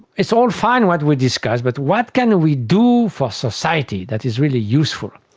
it's all fine what we discuss, but what can we do for society that is really useful?